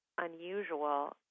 unusual